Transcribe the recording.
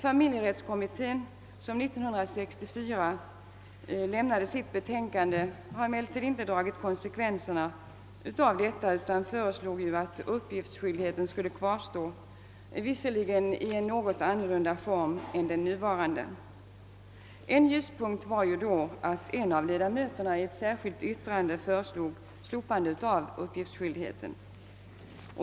Familjerättskommittén, som år 1964 lämnade sitt betänkande, drog emellertid inte konsekvenserna av detta utan föreslog att uppgiftsskyldigheten skulle kvarstå, visserligen i någon annan form än den nuvarande. En ljuspunkt var att en av ledamöterna i ett särskilt yttrande föreslog slopande av uppgiftsskyldigheten.